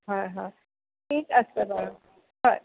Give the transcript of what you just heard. হয় হয় ঠিক আছে বাৰু হয়